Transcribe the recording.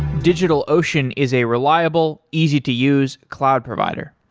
digitalocean is a reliable, easy to use cloud provider.